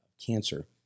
cancer